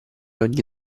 ogni